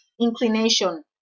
inclination